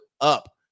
up